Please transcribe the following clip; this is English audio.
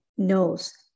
knows